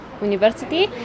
university